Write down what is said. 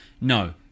No